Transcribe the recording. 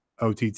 OTT